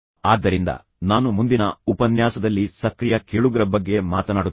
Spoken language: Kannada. ಆದ್ದರಿಂದ ನಾನು ಮುಂದಿನ ಉಪನ್ಯಾಸದಲ್ಲಿ ಸಕ್ರಿಯ ಕೇಳುಗರ ಬಗ್ಗೆ ಮಾತನಾಡುತ್ತೇನೆ